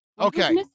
okay